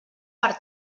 per